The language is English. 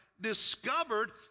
discovered